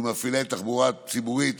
וממפעילי תחבורה ציבורית,